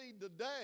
today